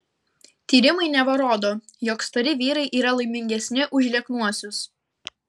tyrimai neva rodo jog stori vyrai yra laimingesni už lieknuosius